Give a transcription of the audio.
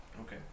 Okay